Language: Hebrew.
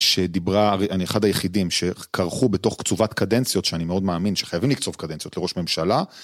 שדיברה, אני אחד היחידים שקרחו בתוך קצובת קדנציות שאני מאוד מאמין שחייבים לקצוב קדנציות לראש ממשלה.